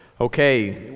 Okay